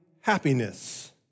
happiness